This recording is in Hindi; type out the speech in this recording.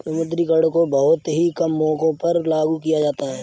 विमुद्रीकरण को बहुत ही कम मौकों पर लागू किया जाता है